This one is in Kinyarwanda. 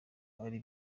ari